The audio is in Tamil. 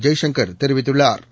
ஜெய்சங்கா் தெரிவித்துள்ளாா்